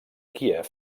kíev